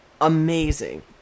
Amazing